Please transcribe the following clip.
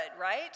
right